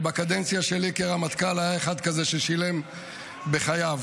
ובקדנציה שלי כרמטכ"ל היה אחד כזה ששילם בחייו.